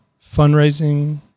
Fundraising